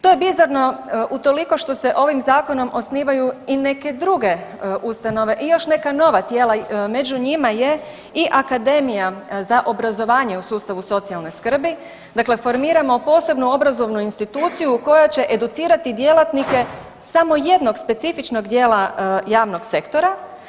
To je bizarno utoliko što se ovim zakonom osnivaju i neke druge ustanove i još neka nova tijela, među njima je i akademija za obrazovanje u sustavu socijalne skrbi, dakle formiramo posebnu obrazovnu instituciju koja će educirati djelatnike samo jednog specifičnog dijela javnog sektora.